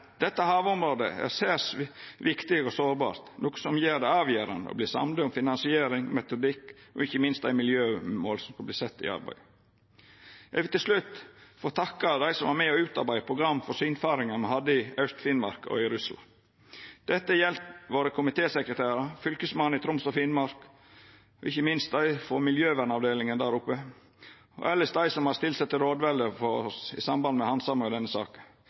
Dette havområdet er særs viktig og sårbart, noko som gjer det avgjerande å verta samde om finansiering, metodikk og ikkje minst dei miljømåla som skal verta sette i arbeid. Eg vil til slutt få takka dei som var med og utarbeidde program for synfaringa me hadde i Aust-Finnmark og i Russland. Dette gjeld våre komitésekretærar, Fylkesmannen i Troms og Finnmark, ikkje minst dei frå miljøvernavdelinga der oppe, og elles dei som har stilt seg til rådvelde for oss i samband med handsaminga av denne saka.